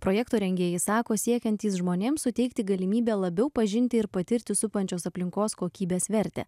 projekto rengėjai sako siekiantys žmonėm suteikti galimybę labiau pažinti ir patirti supančios aplinkos kokybės vertę